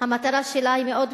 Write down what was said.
והמטרה שלה היא מאוד פשוטה,